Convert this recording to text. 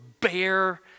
bear